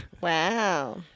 wow